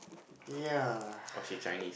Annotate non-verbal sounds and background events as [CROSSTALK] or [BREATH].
ya [BREATH]